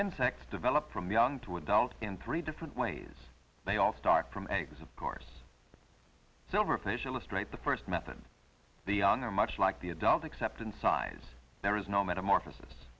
insects develop from young to adult in three different ways they all start from eggs of course silverfish illustrate the first method the honor much like the adult except in size there is no metamorphosis